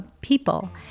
people